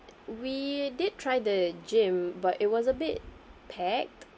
we did try the gym but it was a bit packed